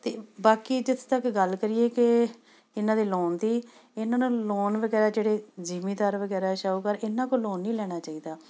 ਅਤੇ ਬਾਕੀ ਜਿੱਥੇ ਤੱਕ ਗੱਲ ਕਰੀਏ ਕਿ ਇਹਨਾਂ ਦੇ ਲੋਨ ਦੀ ਇਹਨਾਂ ਨੂੰ ਲੋਨ ਵਗੈਰਾ ਜਿਹੜੇ ਜ਼ਿਮੀਂਦਾਰ ਵਗੈਰਾ ਸ਼ਾਹੂਕਾਰ ਇਹਨਾਂ ਕੋਲ ਲੋਨ ਨਹੀਂ ਲੈਣਾ ਚਾਹੀਦਾ